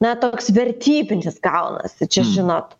na toks vertybinis gaunasi čia žinot